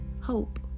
hope